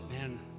man